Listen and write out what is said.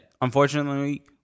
Unfortunately